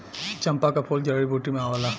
चंपा क फूल जड़ी बूटी में आवला